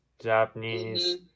Japanese